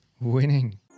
Winning